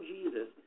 Jesus